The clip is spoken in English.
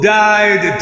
died